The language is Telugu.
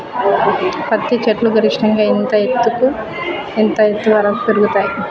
పత్తి చెట్లు గరిష్టంగా ఎంత ఎత్తు వరకు పెరుగుతయ్?